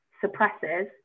suppresses